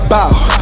Bow